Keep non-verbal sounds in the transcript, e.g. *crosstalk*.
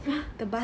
*laughs*